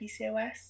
PCOS